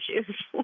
issues